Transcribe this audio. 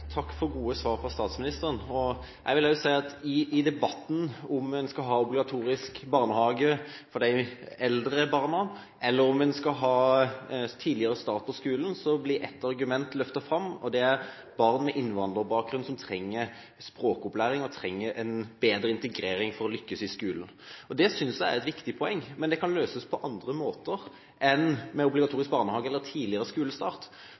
Takk for gode svar fra statsministeren. Jeg vil også si at i debatten om hvorvidt en skal ha obligatorisk barnehage for de eldre barna eller om en skal ha tidligere start på skolen, blir ett argument løftet fram – det er at barn med innvandrerbakgrunn trenger språkopplæring og trenger en bedre integrering for å lykkes i skolen. Det synes jeg er et viktig poeng, men det kan løses på andre måter enn med obligatorisk barnehage eller tidligere skolestart.